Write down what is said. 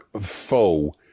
foe